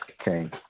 okay